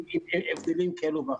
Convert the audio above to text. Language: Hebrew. עם הבדלים כאלו ואחרים.